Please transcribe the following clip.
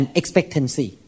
expectancy